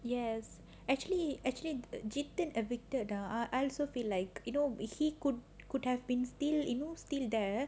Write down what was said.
yes actually actually jhitan evicted I I also feel like you know he could could have been still you know still there